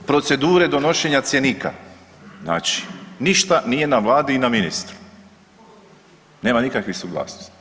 Procedure donošenja cjenika, znači ništa nije na vladi i ministru, nema nikakvih suglasnosti.